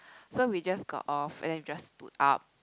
so we just got off and then we just stood up